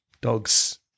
Dogs